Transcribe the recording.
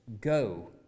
Go